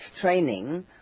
training